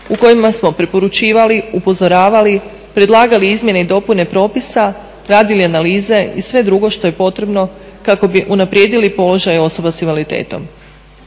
u kojima smo preporučivali, upozoravali, predlagali izmjene i dopune propisa, radili analize i sve drugo što je potrebno kako bi unaprijedili položaj osoba s invaliditetom.